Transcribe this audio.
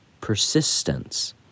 persistence